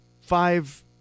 five